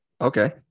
okay